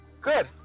good